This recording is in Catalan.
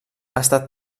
estat